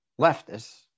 leftists